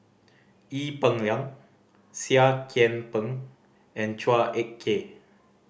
Ee Peng Liang Seah Kian Peng and Chua Ek Kay